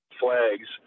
flags